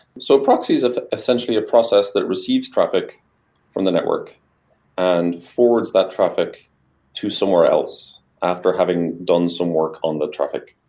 so proxy is essentially a process that receives traffic from the network and forwards that traffic to somewhere else after having done some work on the traffic.